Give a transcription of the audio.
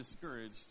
discouraged